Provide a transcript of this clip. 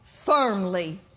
firmly